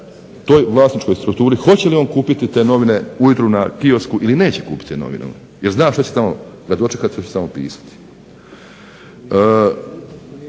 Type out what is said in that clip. toj vlasničkoj strukturi hoće li on kupiti te novine ujutro na kiosku ili neće kupiti novine jer zna što će tamo ga dočekati i što će tamo pisati.